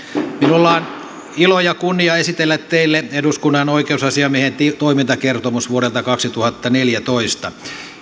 minulla on ilo ja kunnia esitellä teille eduskunnan oikeusasiamiehen toimintakertomus vuodelta kaksituhattaneljätoista